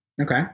Okay